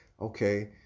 Okay